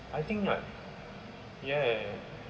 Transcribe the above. I think right ya ya ya